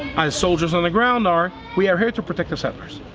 as soldiers on the ground are, we are here to protect the settlers.